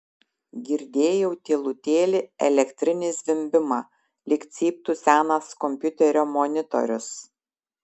girdėjau tylutėlį elektrinį zvimbimą lyg cyptų senas kompiuterio monitorius